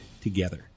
together